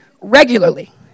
regularly